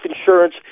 insurance